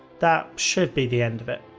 that should be the end of it.